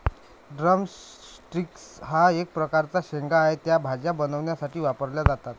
drum sticks हा एक प्रकारचा शेंगा आहे, त्या भाज्या बनवण्यासाठी वापरल्या जातात